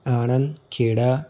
Anand Kheda